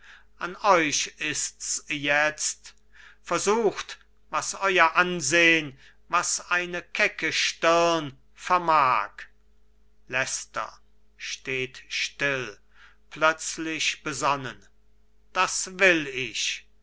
an euch ist's jetzt versucht was euer ansehn was eine kecke stirn vermag leicester steht still plötzlich besonnen das will ich